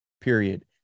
Period